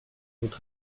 votre